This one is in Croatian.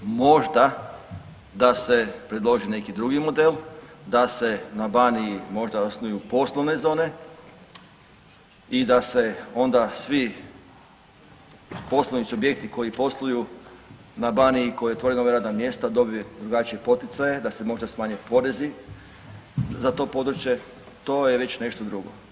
Možda da se predloži neki drugi model, da se na Baniji možda osnuju poslovne zone i da se onda svi poslovni subjekti koji posluju na Baniji i koji otvore nova radna mjesta dobije drugačije poticaje, da se možda smanje porezi za to područje, to je već nešto drugo.